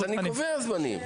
אני קובע זמנים.